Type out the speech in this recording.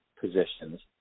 positions